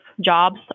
jobs